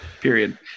period